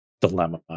dilemma